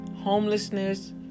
Homelessness